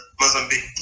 Mozambique